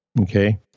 Okay